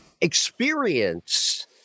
experience